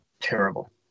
Terrible